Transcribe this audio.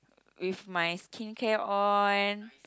with my skincare on